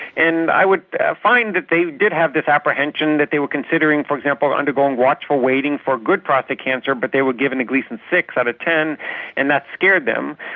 and i would find that they did have this apprehension that they were considering for example undergoing watchful waiting for good prostate cancer but they were given a gleason six out of ten and that scared them.